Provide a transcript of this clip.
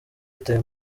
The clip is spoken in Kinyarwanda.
yitaba